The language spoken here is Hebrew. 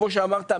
כמו שאמרת,